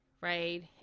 right